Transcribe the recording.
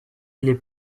les